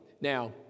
Now